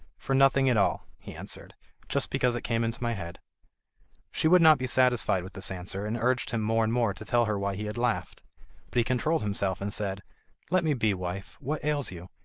for nothing at all he answered just because it came into my head she would not be satisfied with this answer, and urged him more and more to tell her why he had laughed but he controlled himself and said let me be, wife what ails you?